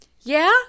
Yeah